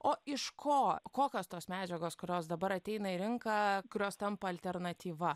o iš ko kokios tos medžiagos kurios dabar ateina į rinką kurios tampa alternatyva